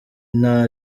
nta